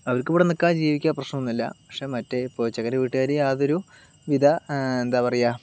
അവർക്ക് ഇവിടെ നീൽക്കാം ജീവിയ്ക്കാം പ്രശ്നമൊന്നുമില്ല പക്ഷെ മറ്റ് ഇപ്പോൾ ചെക്കൻ്റെ വീട്ടുകാർ യാതൊരു വിധ എന്താ പറയുക